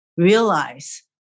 realize